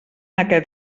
aquest